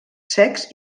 secs